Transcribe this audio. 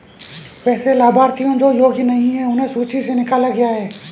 वैसे लाभार्थियों जो योग्य नहीं हैं उन्हें सूची से निकला गया है